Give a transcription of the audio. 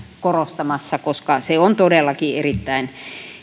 korostamassa koska se on todellakin erittäin